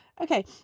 Okay